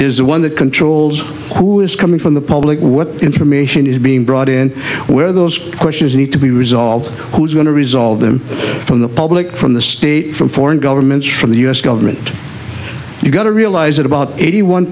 is the one that controls who is coming from the public what information is being brought in where those questions need to be resolved who's going to resolve them from the public from the state from foreign governments from the u s government you've got to realize that about eighty one